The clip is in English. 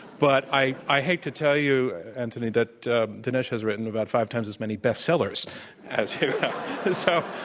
but i i hate to tell you, anthony, that dinesh has written about five times as many best sellers as so